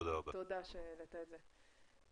תודה שהעלית את זה.